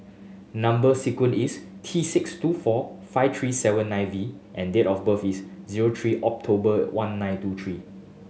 number sequence is T six two four five three seven nine V and date of birth is zero three October one nine two three